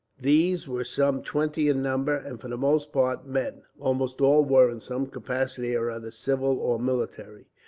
these were some twenty in number, and for the most part men. almost all were, in some capacity or other, civil or military,